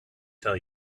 tell